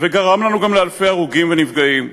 וגרם לנו גם לאלפי הרוגים ונפגעים,